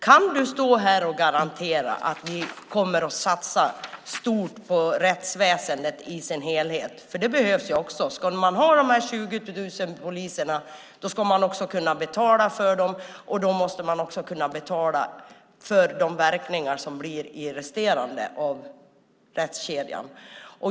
Kan du stå här och garantera att ni kommer att satsa stort på rättsväsendet i dess helhet? Det behövs också. Ska man ha de här 20 000 poliserna ska man också kunna betala för dem, och då måste man också kunna betala för de verkningar som sker i resterande delar av rättskedjan.